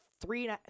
three